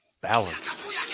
Balance